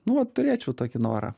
nu vat turėčiau tokį norą